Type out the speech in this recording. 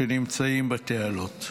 שנמצאים בתעלות.